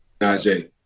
Najee